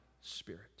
spirit